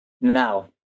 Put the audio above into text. now